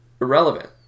irrelevant